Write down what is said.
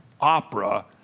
opera